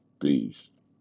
beast